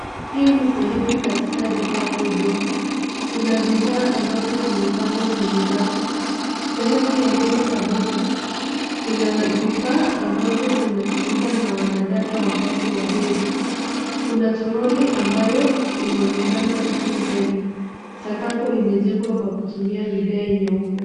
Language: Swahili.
Hii ni sehemu katika duka kubwa. Kuna bidhaa ambazo zimepangwa kwenye rafu. Sehemu ya mbele kabisa, kuna vifaa ambazo zinatumika na wanadada wakati wa hedhi. Kuna toroli ambayo inaonekana huku mbele. Sakafu imejengwa kwa kutumia vigae nyeupe.